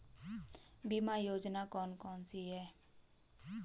बीमा योजना कौन कौनसी हैं?